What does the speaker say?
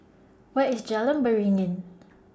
Where IS Jalan Beringin